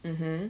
mmhmm